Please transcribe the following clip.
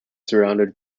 surrounded